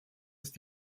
ist